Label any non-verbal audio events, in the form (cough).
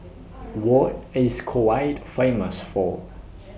(noise) What IS Kuwait Famous For